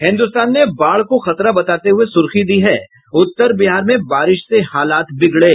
हिन्दुस्तान ने बाढ़ को खतरा बताते हुये सुर्खी दी है उत्तर बिहार में बारिश से हालात बिगड़े